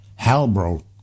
Halbro